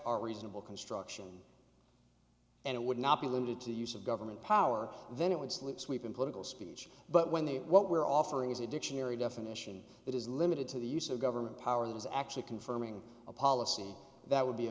our reasonable construction and it would not be limited to use of government power then it would slip sweeping political speech but when the what we're offering is a dictionary definition that is limited to the use of government power that is actually confirming a policy that would be a